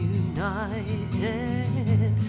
united